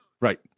right